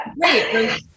great